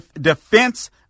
Defense